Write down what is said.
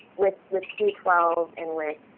with with k twelve and with